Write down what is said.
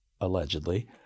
allegedly